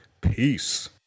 Peace